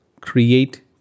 create